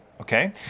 okay